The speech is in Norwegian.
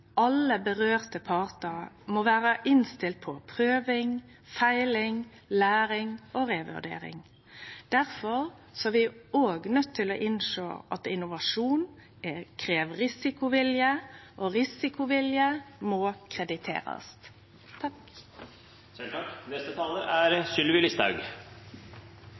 alle partar må vere innstilte på prøving, feiling, læring og revurdering. Derfor er vi òg nøydde til å innsjå at innovasjon krev risikovilje, og risikovilje må krediterast. Norge har bygd opp et velferdssamfunn gjennom mange tiår, som er